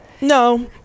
No